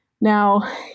Now